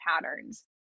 patterns